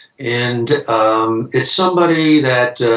and um it's somebody that